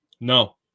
No